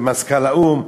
מזכ"ל האו"ם,